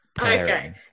Okay